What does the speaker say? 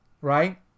right